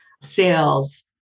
sales